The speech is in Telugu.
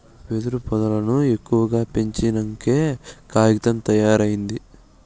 వెదురు పొదల్లను ఎక్కువగా పెంచినంకే కాగితం తయారైంది